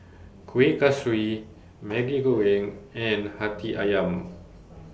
Kueh Kaswi Maggi Goreng and Hati Ayam